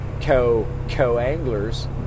co-co-anglers